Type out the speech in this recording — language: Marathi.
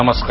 नमस्कार